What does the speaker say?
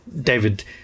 David